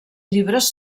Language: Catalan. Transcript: llibres